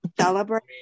celebrate